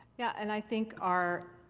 yeah and i think our,